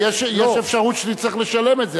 יש אפשרות שתצטרך לשלם את זה,